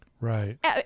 Right